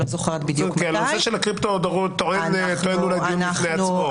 הקריפטו טוען אולי דיון בפני עצמו.